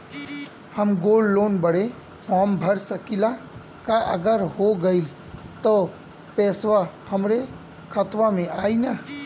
हम gold loan बड़े form भर सकी ला का अगर हो गैल त पेसवा हमरे खतवा में आई ना?